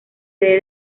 sede